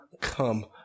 come